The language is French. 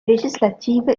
législative